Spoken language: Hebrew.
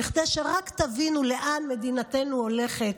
רק כדי שתבינו לאן מדינתנו הולכת,